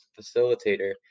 facilitator